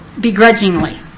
begrudgingly